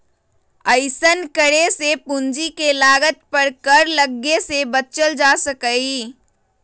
अइसन्न करे से पूंजी के लागत पर कर लग्गे से बच्चल जा सकइय